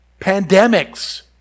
Pandemics